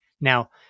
Now